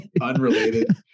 unrelated